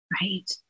Right